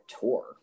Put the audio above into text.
tour